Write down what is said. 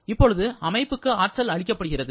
இப்பொழுது அமைப்புக்கு ஆற்றல் அளிக்கப்பட்டுள்ளது